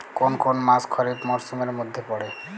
কোন কোন মাস খরিফ মরসুমের মধ্যে পড়ে?